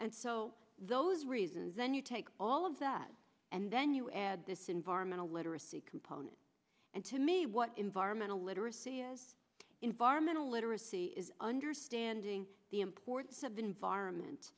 and so those reasons then you take all of that and then you add this environmental literacy component and to me what environmental literacy is environmental literacy is understanding the importance of the environment